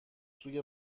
سوی